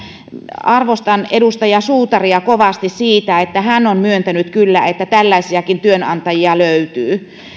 arvostan edustaja suutaria kovasti siitä että hän on myöntänyt kyllä että tällaisiakin työnantajia löytyy